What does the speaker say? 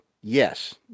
yes